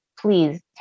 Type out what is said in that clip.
please